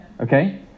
Okay